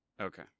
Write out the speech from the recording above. Okay